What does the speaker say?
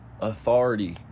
authority